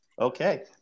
Okay